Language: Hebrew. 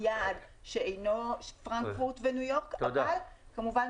מיעד שאינו פרנקפורט וניו-יורק אבל זה כמובן